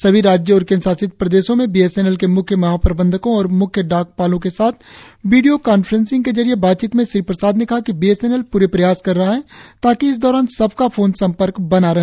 सभी राज्यों और केन्द्र शासित प्रदेशों में बीएसएनएल के मुख्य महाप्रबंधकों और म्ख्य डाकपालों के साथ वीडियो कांफ्रेंस के जरिये बातचीत में श्री प्रसाद ने कहा कि बीएनएनएल पूरे प्रयास कर रहा है ताकि इस दौरान सबका फोन सम्पर्क बना रहे